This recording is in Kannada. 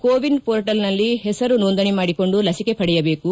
ಕೋವಿನ್ ಮೋರ್ಟಲ್ನಲ್ಲಿ ಹೆಸರು ನೋಂದಣಿ ಮಾಡಿಕೊಂಡು ಲಸಿಕೆ ಪಡೆಯಬೇಕು